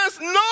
No